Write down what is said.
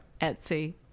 Etsy